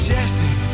Jesse